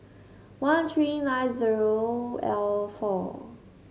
one three nine zero L four